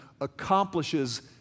accomplishes